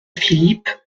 philippe